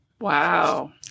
Wow